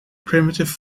primitive